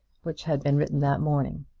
which had been written that morning.